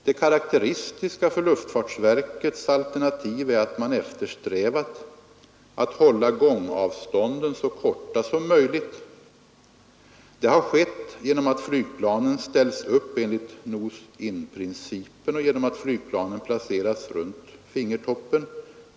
Det karakteristiska för luftfartsverkets alternativ är att man eftersträvat att hålla gångavstånden så korta som möjligt. Det har skett genom att flygplanen ställs upp enligt nos-in-principen och genom att flygplanen placeras runt fingertoppen.